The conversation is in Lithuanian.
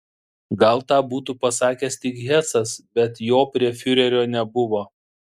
gal tą būtų pasakęs tik hesas bet jo prie fiurerio nebuvo